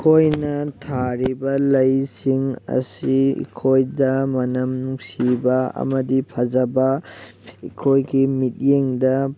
ꯑꯩꯈꯣꯏꯅ ꯊꯥꯔꯤꯕ ꯂꯩꯁꯤꯡ ꯑꯁꯤ ꯑꯩꯈꯣꯏꯗ ꯃꯅꯝ ꯅꯨꯡꯁꯤꯕ ꯑꯃꯗꯤ ꯐꯖꯕ ꯑꯩꯈꯣꯏꯒꯤ ꯃꯤꯠꯌꯦꯡꯗ